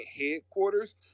headquarters